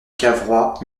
cavrois